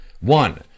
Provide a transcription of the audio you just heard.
One